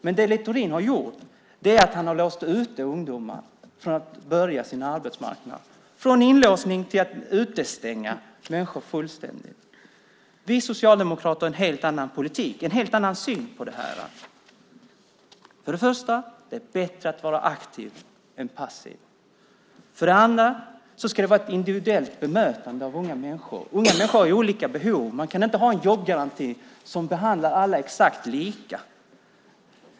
Men det Littorin har gjort är att han har låst ute ungdomar från att börja sitt arbetsliv, från inlåsning till att utestänga människor fullständigt. Vi socialdemokrater har en helt annan politik, en helt annan syn på det här. För det första är det bättre att vara aktiv än passiv. För det andra ska det vara ett individuellt bemötande av unga människor. Unga människor har olika behov. Man kan inte ha en jobbgaranti som behandlar alla exakt lika.